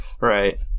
Right